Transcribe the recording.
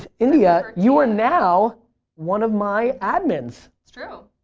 and india you are now one of my admins. it's true.